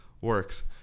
works